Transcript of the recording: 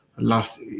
Last